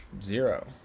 Zero